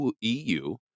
EU